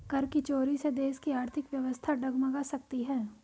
कर की चोरी से देश की आर्थिक व्यवस्था डगमगा सकती है